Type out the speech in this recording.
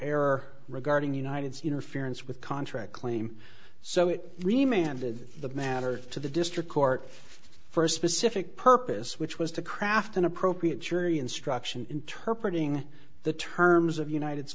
error regarding united's interference with contract claim so it remained in the matter to the district court for a specific purpose which was to craft an appropriate jury instruction interpret ing the terms of united